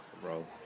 bro